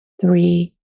three